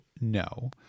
No